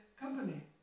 company